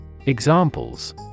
Examples